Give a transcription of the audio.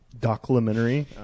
documentary